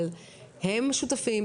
אבל אתם צריכים לדעת שהם שותפים,